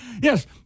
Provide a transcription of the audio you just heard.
yes